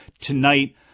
tonight